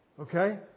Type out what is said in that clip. Okay